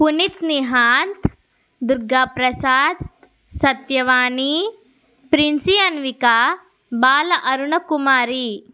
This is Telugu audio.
పునీత్ నీహాన్త్ దుర్గా ప్రసాద్ సత్యవాణి ప్రిన్సీ అన్విక బాలఅరుణ కుమారి